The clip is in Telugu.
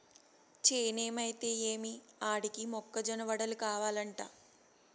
చేనేమైతే ఏమి ఆడికి మొక్క జొన్న వడలు కావలంట